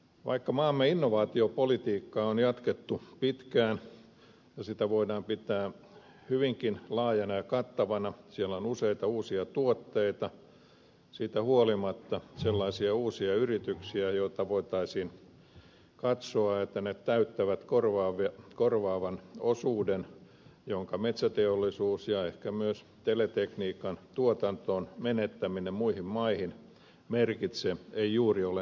vaikka maamme innovaatiopolitiikkaa on jatkettu pitkään ja sitä voidaan pitää hyvinkin laajana ja kattavana ja siellä on useita uusia tuotteita siitä huolimatta sellaisia uusia yrityksiä joista voitaisiin katsoa että ne täyttävät korvaavan osuuden jota metsäteollisuuden ja ehkä myös teletekniikan tuotannon menettäminen muihin maihin merkitsee ei juuri ole näköpiirissä